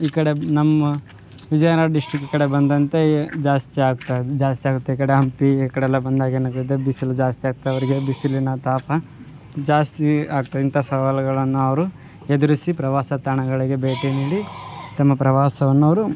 ಈ ಕಡೆ ನಮ್ಮ ವಿಜಯ ನಗರ ಡಿಸ್ಟ್ರಿಕ್ಟ್ ಕಡೆ ಬಂದಂತೆ ಜಾಸ್ತಿ ಆಗ್ತದೆ ಜಾಸ್ತಿ ಆಗುತ್ತೆ ಈ ಕಡೆ ಹಂಪಿ ಈ ಕಡೆ ಎಲ್ಲ ಬಂದಾಗ ಏನಾಗ್ತದೆ ಬಿಸಿಲು ಜಾಸ್ತಿ ಆಗ್ತದೆ ಅವರಿಗೆ ಬಿಸಿಲಿನ ತಾಪ ಜಾಸ್ತಿ ಆಗ್ತೆ ಇಂಥ ಸವಾಲುಗಳನ್ನು ಅವರು ಎದುರಿಸಿ ಪ್ರವಾಸ ತಾಣಗಳಿಗೆ ಭೇಟಿ ನೀಡಿ ತಮ್ಮ ಪ್ರವಾಸವನ್ನು ಅವರು